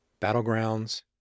Battlegrounds